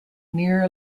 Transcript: near